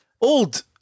old